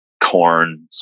corn